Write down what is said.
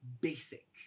basic